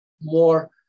more